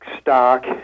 stock